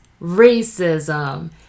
racism